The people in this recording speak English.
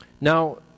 Now